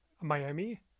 Miami